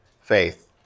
faith